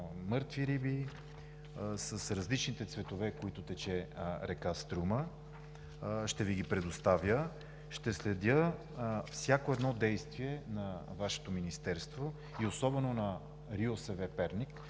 мъртви риби, с различните цветове, с които тече река Струма. Ще Ви ги предоставя. Ще следя всяко едно действие на Вашето Министерство и особено на РИОСВ – Перник,